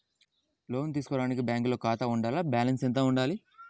లోను తీసుకోవడానికి బ్యాంకులో ఖాతా ఉండాల? బాలన్స్ ఎంత వుండాలి?